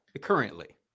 currently